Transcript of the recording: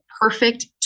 perfect